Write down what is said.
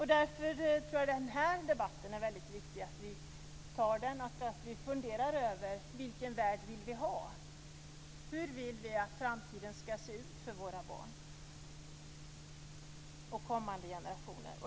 Därför tror jag att den här debatten är väldigt viktig, att vi funderar över vilken värld vi vill ha, hur vi vill att framtiden ska se ut för våra barn och kommande generationer.